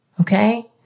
Okay